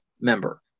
member